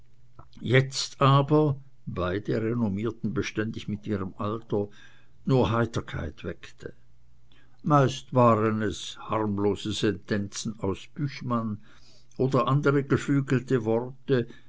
jetzt aber beide renommierten beständig mit ihrem alter nur heiterkeit weckte meist waren es harmlose sentenzen aus büchmann oder andere geflügelte worte